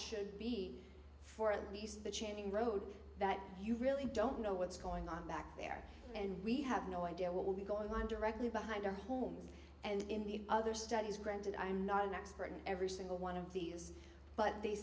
should be for at least the changing road that you really don't know what's going on back there and we have no idea what will be going on directly behind our homes and in the other studies granted i'm not an expert in every single one of these but they